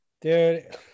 dude